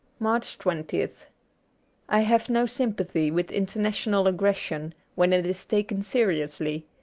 march twentieth i have no sympathy with international aggres sion when it is taken seriously,